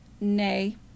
Nay